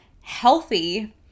healthy